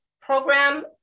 program